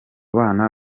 bana